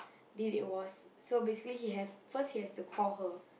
did it was so basically he have first he have to call her